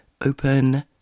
open